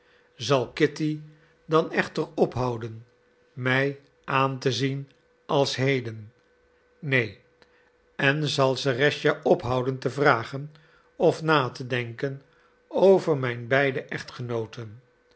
zal kitty dan echter ophouden mij aan te zien als heden neen en zal serëscha ophouden te vragen of na te denken over mijn beide echtgenooten